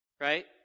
Right